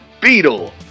Beetle